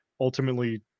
ultimately